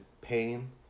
pain